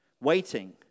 waiting